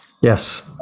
Yes